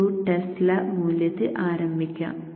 2 Tesla മൂല്യത്തിൽ ആരംഭിക്കാം